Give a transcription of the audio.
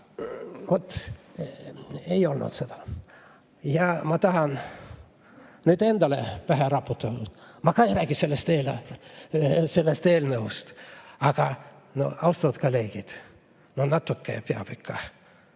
vot, ei olnud teda seal. Ma tahan nüüd endale [tuhka] pähe raputada. Ma ka ei räägi sellest eelnõust, aga austatud kolleegid, no natuke peab ikka